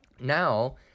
now